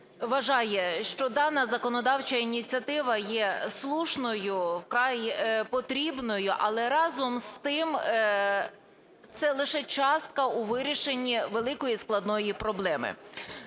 вважає, що дана законодавча ініціатива є слушною, вкрай потрібною. Але, разом з тим, це лише частка у вирішенні великої складної проблеми.